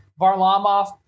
Varlamov